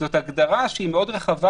זאת הגדרה שהיא מאוד רחבה,